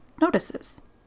notices